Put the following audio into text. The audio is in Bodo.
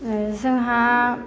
जोंहा